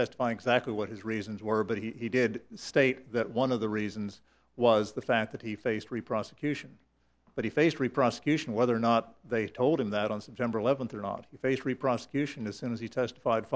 testify exactly what his reasons were but he did state that one of the reasons was the fact that he faced re prosecution but he faced re prosecution whether or not they told him that on september eleventh and on the face three prosecution as soon as he testified